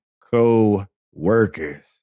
co-workers